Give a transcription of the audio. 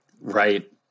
Right